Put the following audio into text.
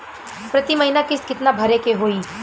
प्रति महीना किस्त कितना भरे के होई?